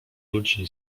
ludzi